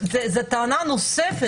זו טענה נוספת.